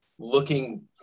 looking